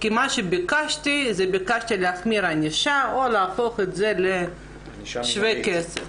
כי מה שביקשתי היה להחמיר ענישה או להפוך את זה לשווה ערך כספי.